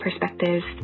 perspectives